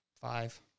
Five